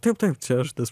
taip taip čia aš tas